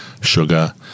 sugar